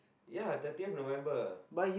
ya thirtieth November